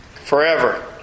Forever